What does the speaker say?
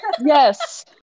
Yes